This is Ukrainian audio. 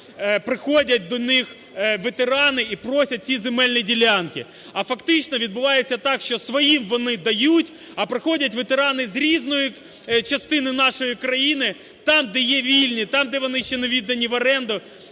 приходять до них ветерани і просять ці земельні ділянки. А фактично відбувається так, що своїм вони дають, а приходять ветерани з різної частини нашої країни, там де є вільні, там де вони ще не віддані в оренду,